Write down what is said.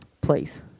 Please